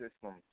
system